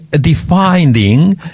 defining